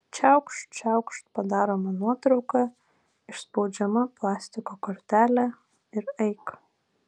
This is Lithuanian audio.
čiaukšt čiaukšt padaroma nuotrauka išspaudžiama plastiko kortelė ir eik